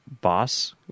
boss